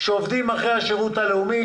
שעובדים אחרי השירות הלאומי,